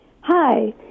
hi